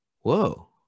whoa